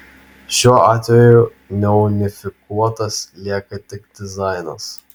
šiuo atveju neunifikuotas lieka tik dizainas